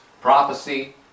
prophecy